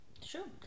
Sure